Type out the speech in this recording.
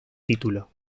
título